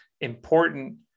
important